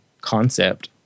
concept